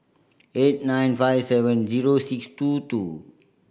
eight nine five seven zero six two two